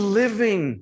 living